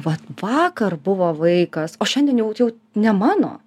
vat vakar buvo vaikas o šiandien jau čia jau ne mano